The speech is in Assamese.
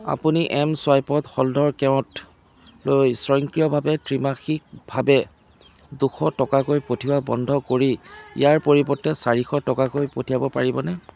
আপুনি এম চুৱাইপত হলধৰ কেওটলৈ স্বয়ংক্ৰিয়ভাৱে ত্ৰিমাসিকভাৱে দুশ টকাকৈ পঠিওৱা বন্ধ কৰি ইয়াৰ পৰিৱৰ্তে চাৰিশ টকাকৈ পঠিয়াব পাৰিবনে